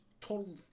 total